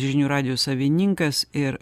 žinių radijo savininkas ir